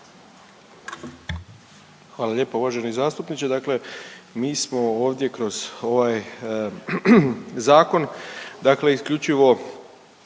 Hvala lijepo uvaženi zastupniče, dakle mi smo ovdje kroz ovaj zakon dakle isključivo